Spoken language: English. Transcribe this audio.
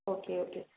okay okay